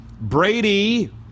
Brady